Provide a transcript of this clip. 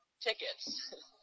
tickets